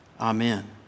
Amen